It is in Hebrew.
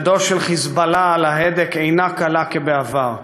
ידו של "חיזבאללה" על ההדק אינה קלה כבעבר.